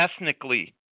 ethnically